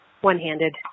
one-handed